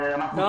אנחנו